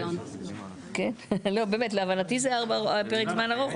פטור מהחוק.‬‬‬‬‬‬‬‬‬‬‬‬‬‬‬‬‬‬‬‬ להבנתי זה פרק זמן ארוך,